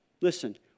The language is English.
Listen